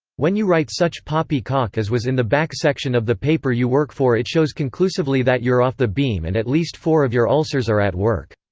when you write such poppy-cock as was in the back section of the paper you work for it shows conclusively that you're off the beam and at least four of your ulcers are at work.